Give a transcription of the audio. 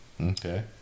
Okay